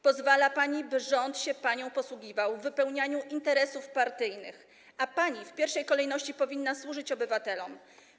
Pozwala pani, by rząd się panią posługiwał w wypełnianiu interesów partyjnych, a pani w pierwszej kolejności powinna służyć obywatelom.